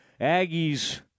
Aggies